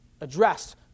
addressed